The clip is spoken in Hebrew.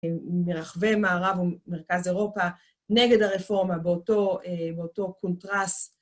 מרחבי מערב ומרכז אירופה, נגד הרפורמה, באותו קונטרס.